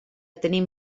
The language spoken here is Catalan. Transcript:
tenim